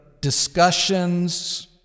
discussions